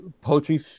poetry